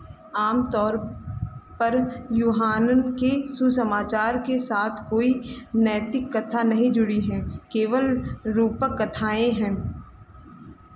आम तौर पर यूहानन के सुसमाचार के साथ कोई नैतिककथा नहीं जुड़ी है केवल रूपक कथाएँ हैं